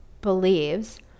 believes